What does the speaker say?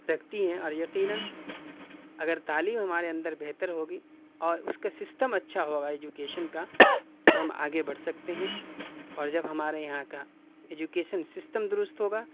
رکھتی ہیں اور یقیناً اگر تعلیم ہمارے اندر بہتر ہوگی اور اُس کا سسٹم اچھا ہوگا ایجوکیشن کا تو ہم آگے بڑھ سکتے ہیں اور جب ہمارے یہاں کا ایجوکیشن سسٹم دُرست ہوگا